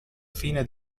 fine